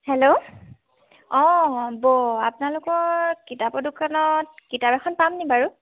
hello অঁ বৌ আপোনালোকৰ কিতাপৰ দোকানত কিতাপ এখন পাম নি বাৰু